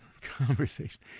conversation